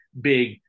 big –